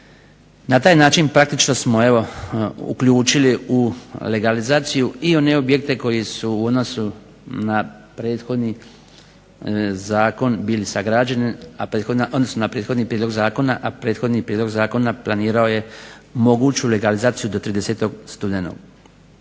Na taj način praktično smo evo uključili u legalizaciju i one objekte koji su u odnosu na prethodni zakon bili sagrađeni, odnosno na prethodni prijedlog zakona, a prethodni prijedlog zakona planirao je moguću legalizaciju do 30. studenog.